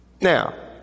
Now